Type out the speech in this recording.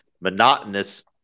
monotonous